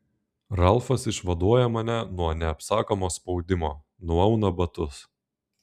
ralfas išvaduoja mane nuo neapsakomo spaudimo nuauna batus